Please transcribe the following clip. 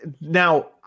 now